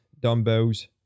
dumbbells